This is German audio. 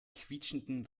quietschenden